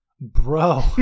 Bro